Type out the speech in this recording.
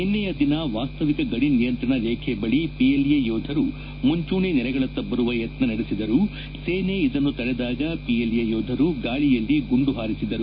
ನಿನ್ನೆಯ ದಿನ ವಾಸ್ತವಿಕ ಗಡಿ ನಿಯಂತ್ರಣ ರೇಖೆ ಬಳಿ ಪಿಎಲ್ಎ ಯೋಧರು ಮುಂಚೂಣಿ ನೆಲೆಗಳತ್ತ ಬರುವ ಯತ್ನ ನಡೆಸಿದರು ಸೇನೆ ಇದನ್ನು ತಡೆದಾಗ ಪಿಎಲ್ಎ ಯೋಧರು ಗಾಳಿಯಲ್ಲಿ ಗುಂಡು ಹಾರಿಸಿದರು